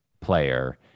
player